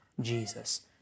Jesus